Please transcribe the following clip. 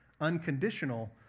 unconditional